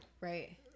right